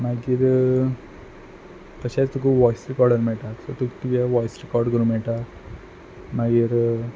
मागीर तशेंच तुका वोयस रिकोर्डर मेयटा सो तुका तुगे वॉयस रिकोर्ड करूंक मेयटा मागीर